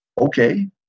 Okay